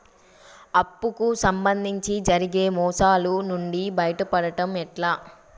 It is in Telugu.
అప్పు కు సంబంధించి జరిగే మోసాలు నుండి బయటపడడం ఎట్లా?